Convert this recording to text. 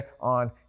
on